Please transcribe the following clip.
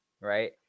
right